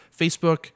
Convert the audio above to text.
Facebook